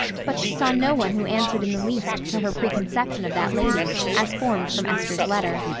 but she saw no one who answered in the least to her preconception of that lady, as formed from esther's letter.